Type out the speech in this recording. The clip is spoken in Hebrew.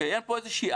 אין פה אפליה.